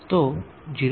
તો 0